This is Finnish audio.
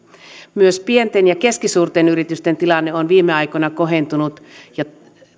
myös pienten ja keskisuurten yritysten tilanne on viime aikoina kohentunut ja